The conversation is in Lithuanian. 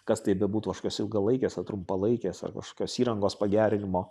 kas tai bebūtų kažkokios ilgalaikės ar trumpalaikės ar kažkokios įrangos pagerinimo